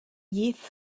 div